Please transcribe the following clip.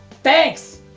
thanks!